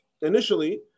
initially